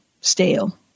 stale